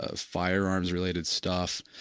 ah fire arms related stuff,